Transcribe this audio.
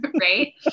right